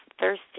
thirsty